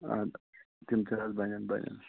اَدٕ حظ تِم تہِ حظ بَنیٚن بَنیٚن